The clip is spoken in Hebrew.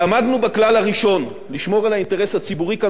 לשמור על האינטרס הציבורי ועל כספי משלמי המסים.